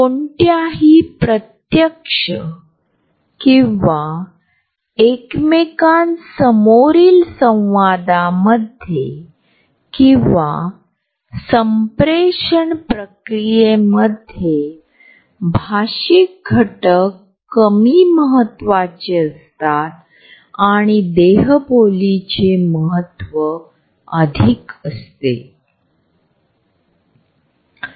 गर्दीच्या ठिकाणी लिफ्ट गाड्या रेस्टॉरंट ऑफिसमध्ये बसण्याची व्यवस्था तसेच कोणत्याही गर्दीच्या ठिकाणी असलेल्या जागेविषयीची वैयक्तिक पसंती यावर आपल्या वागण्याचे हे पैलू पाहू शकतो